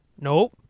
Nope